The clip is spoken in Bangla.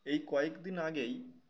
এই কয়েকদিন আগেই